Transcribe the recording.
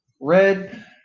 red